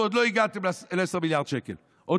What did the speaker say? ועוד לא הגעתם ל-10 מיליארד שקל שגביתם עודף.